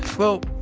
well,